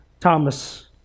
Thomas